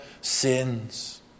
sins